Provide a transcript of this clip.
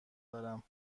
دارم